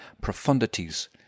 Profundities